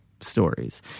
stories